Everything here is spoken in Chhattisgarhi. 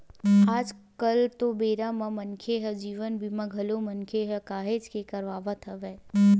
आज कल तो बेरा म मनखे ह जीवन बीमा घलोक मनखे ह काहेच के करवात हवय